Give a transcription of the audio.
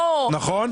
נכון.